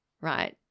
right